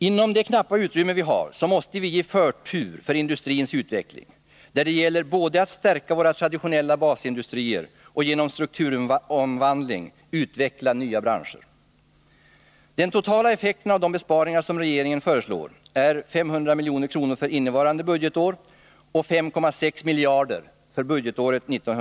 Inom det knappa utrymme vi har måste vi ge förtur för industrins utveckling, där det gäller att både stärka våra traditionella basindustrier och genom strukturomvandling utveckla nya branscher. Den totala effekten av de besparingar som regeringen föreslår är 500 milj.kr. för innevarande budgetår och 5,6 miljarder för budgetåret 1981/82.